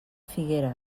figueres